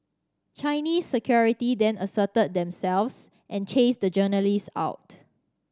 Chinese security then asserted themselves and chased the journalists out